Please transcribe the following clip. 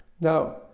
Now